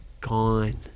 gone